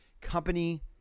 Company